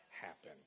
happen